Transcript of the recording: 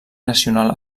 nacional